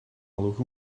local